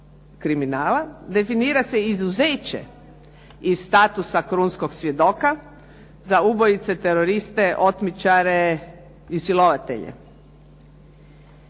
kriminala, definira se izuzeće iz statusa krunskog svjedoka za ubojice, teroriste, otmičare i silovatelje.